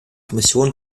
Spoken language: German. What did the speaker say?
kommission